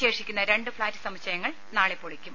ശേഷിക്കുന്ന രണ്ട് ഫ്ളാറ്റ് സമുച്ചയങ്ങൾ നാളെ പൊളിക്കും